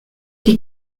die